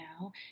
now